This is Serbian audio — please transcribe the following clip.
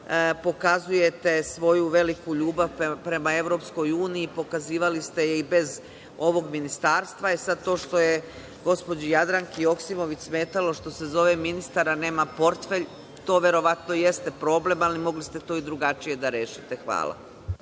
pokazujete svoju veliku ljubav prema Evropskoj uniji. Pokazivali ste je i bez ovog ministarstva. To što je gospođi Jadranki Joksimović smetalo što se zove ministar a nema portfelj, to verovatno jeste problem, ali mogli ste to i drugačije da rešite. Hvala.